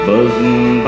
Buzzing